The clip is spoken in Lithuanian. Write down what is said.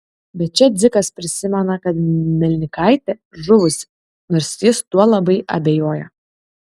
bet čia dzikas prisimena kad melnikaitė žuvusi nors jis tuo labai abejoja